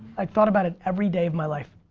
i thought about it every day of my life.